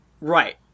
Right